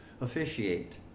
officiate